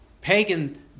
pagan